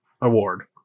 award